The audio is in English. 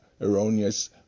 erroneous